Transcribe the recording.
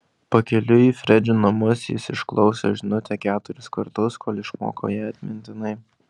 pakeliui į fredžio namus jis išklausė žinutę keturis kartus kol išmoko ją atmintinai